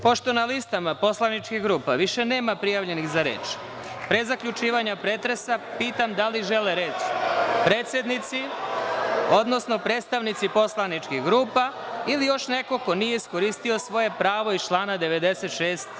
Pošto na listama poslaničkih grupa više nema prijavljenih za reč, pre zaključivanja pretresa pitam da li žele reč predsednici, odnosno predstavnici poslaničkih grupa ili još neko ko nije iskoristio svoje pravo iz člana 96.